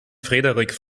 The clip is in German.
frederik